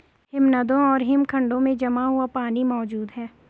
हिमनदों और हिमखंडों में जमा हुआ पानी मौजूद हैं